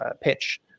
pitch